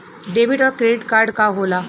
Debit और credit card का होला?